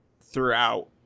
throughout